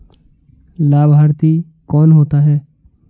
लाभार्थी कौन होता है?